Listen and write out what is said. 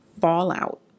fallout